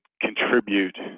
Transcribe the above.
contribute